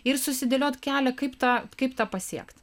ir susidėliot kelią kaip tą kaip tą pasiekt